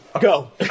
Go